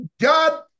God